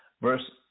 Verse